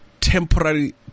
temporary